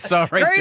Sorry